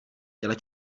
těle